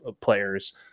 players